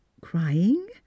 crying